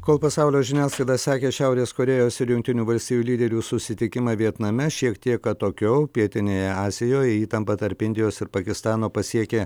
kol pasaulio žiniasklaida sekė šiaurės korėjos ir jungtinių valstijų lyderių susitikimą vietname šiek tiek atokiau pietinėje azijoje įtampa tarp indijos ir pakistano pasiekė